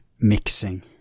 Mixing